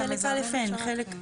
חלק א' אין.